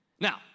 Now